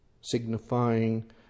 signifying